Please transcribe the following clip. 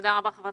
תודה רבה, ח"כ